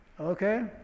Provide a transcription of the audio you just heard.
Okay